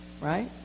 right